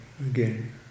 again